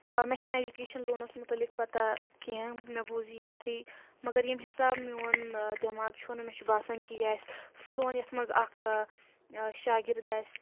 مےٚ چھےٚ نہٕ ایجوکیشَن لونَس مُتعلِق پتہہ کینٛہہ مےٚ بوٗز ییٚتھی مگر ییٚمہِ حِساب میون دؠماغ چھُ ونان مےٚ چھُ باسان کہِ یہ سُہ لون یَتھ منٛز اَکھ شاگِرد آسہِ